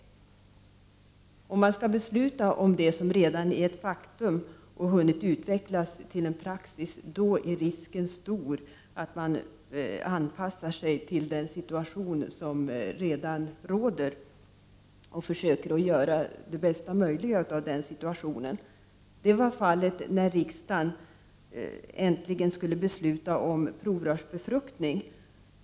Om det man skall besluta om redan är ett faktum och hunnit utvecklas till en praxis, är risken stor att man anpassar sig till den situation som redan råder och försöker göra det bästa möjliga av den. Det var fallet när riksdagen äntligen skulle besluta om provrörsbefruktning.